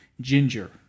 ginger